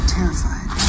Terrified